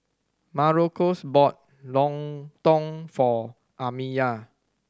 Marcos bought lontong for Amiyah